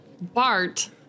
Bart